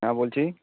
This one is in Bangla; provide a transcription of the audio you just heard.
হ্যাঁ বলছি